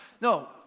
No